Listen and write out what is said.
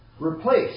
Replace